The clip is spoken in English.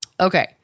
Okay